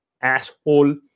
asshole